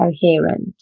coherent